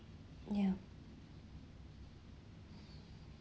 ya